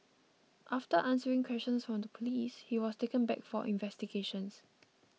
after answering questions from the police he was taken back for investigations